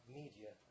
media